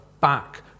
back